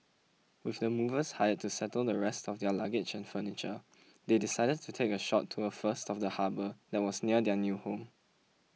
with the movers hired to settle the rest of their luggage and furniture they decided to take a short tour first of the harbour that was near their new home